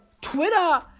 Twitter